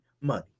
Money